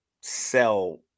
sell